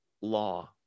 law